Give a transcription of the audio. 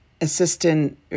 assistant